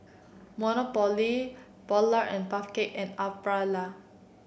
Monopoly Polar and Puff Cakes and Aprilia